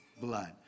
blood